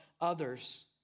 others